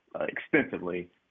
extensively